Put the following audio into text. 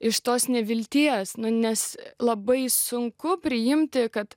iš tos nevilties nes labai sunku priimti kad